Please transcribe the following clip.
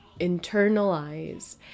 internalize